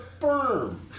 firm